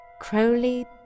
Crowley